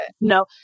No